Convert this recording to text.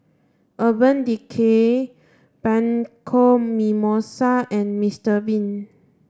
Urban Decay Bianco Mimosa and Mister bean